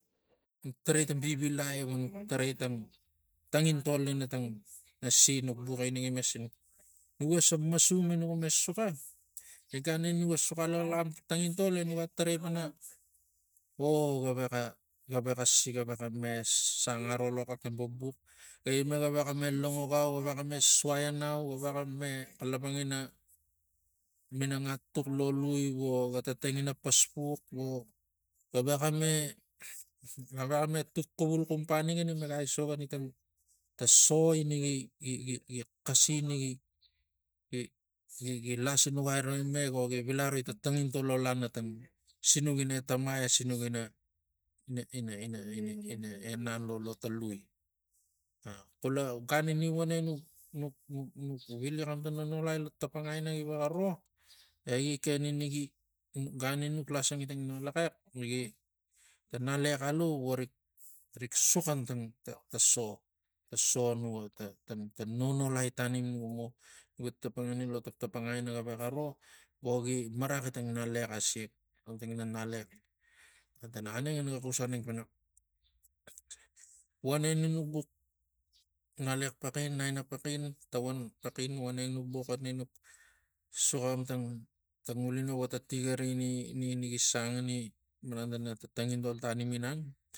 Nuk tanai tang vivilai vo nuk tarai tang tangintol ina tang nasi nuk vuxi ina gima sinuk nuga se masum e nuga me soxo e gan ini nuga suxa tangintol e nuga tarai pana vo o gavexa gavexa gavenca me sang aro lo xaktang bubux ga ima gavexa langokau ga vexa ma suai au gavxa ma tuk xuvul cum panik ina mek asokani tang ta so inai gi- gi- gi xasi ina gi- gi- gi lasinukaroi mek e o gi vila roi tang tanginto lo lana tang sinuk ina eta ma e sinuk ina- ina- ina enan lo- lo ta lui. A xulagan ini nuk vili nuk- nuk- nuk vili xan tang nonolai lo taptapangai ina egi vexa ro egi ken ini gan ina nuk lasangi ta ngalaxex ina gi ta ngalaxex alu voric rik suxan vo ta so ta so nuga ta- ta nonolai tanim nuga mo taptapangai favexa ro vogi maraxi tangina ngalaxex asiak tana aneng e naga xus aneng pana voneng nu nukbux ngalaxex paxin naina paxin tavan paxin voneng nu- nu buk buxani nuk soxo xan tang ngulinavo ta tigari ina ina gi san ini malan ta tangintol tanim gi nang